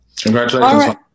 Congratulations